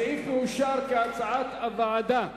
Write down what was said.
הסעיף מאושר כהצעת הוועדה.